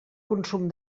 consum